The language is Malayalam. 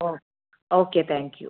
oh okay thank U